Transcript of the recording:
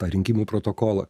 tą rinkimų protokolą